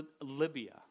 Libya